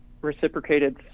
reciprocated